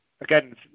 again